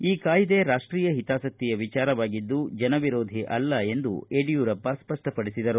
ಈ ಕಾಯ್ದೆ ರಾಷ್ಷೀಯ ಹಿತಾಸಕ್ತಿಯ ವಿಚಾರವಾಗಿದ್ಲು ಜನ ವಿರೋಧಿ ಅಲ್ಲ ಎಂದು ಯಡಿಯೂರಪ್ಪ ಸಪ್ಪಪಡಿಸಿದರು